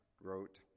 wrote